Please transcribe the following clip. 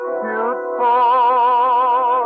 beautiful